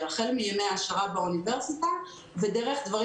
החל מימי העשרה באוניברסיטה ודרך דברים